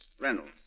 Reynolds